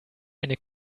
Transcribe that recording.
eine